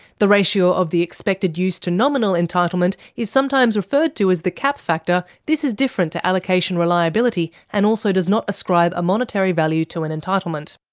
the ratio of the expected use to nominal entitlement is sometimes referred to as the cap factor' this is different to allocation reliability, and also does not ascribe a monetary value to an entitlement.